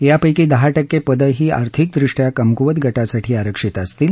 यापैकी दहा टक्के पदे ही आर्थिकदृष्ट्या कमकुवत गटासाठी आरक्षित असतील